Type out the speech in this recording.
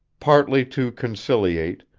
partly to conciliate,